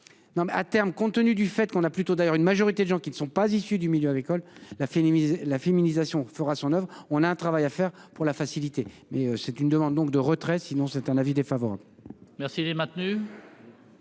à terme, compte tenu du fait qu'on a plutôt d'ailleurs une majorité de gens qui ne sont pas issus du milieu agricole la féminiser la féminisation fera son oeuvre, on a un travail à faire pour la facilité, mais c'est une demande donc de retrait, sinon c'est un avis défavorable. Merci, elle est maintenue.